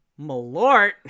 malort